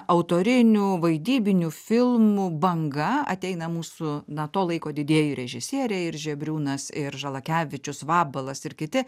autorinių vaidybinių filmų banga ateina mūsų na to laiko didieji režisieriai ir žebriūnas ir žalakevičius vabalas ir kiti